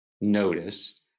notice